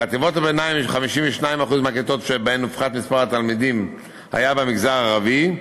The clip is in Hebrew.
בחטיבות הביניים 52% מהכיתות שבהן הופחת מספר התלמידים היו במגזר הערבי,